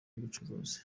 y’ubucuruzi